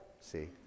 See